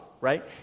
right